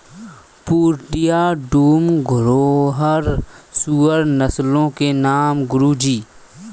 पूर्णिया, डूम, घुर्राह सूअर नस्लों के नाम है गुरु जी